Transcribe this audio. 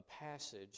passage